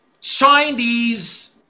Chinese